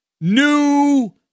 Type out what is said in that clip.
new